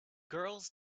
girls